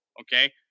Okay